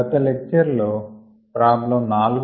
గత లెక్చర్ లో ప్రాబ్లమ్ 4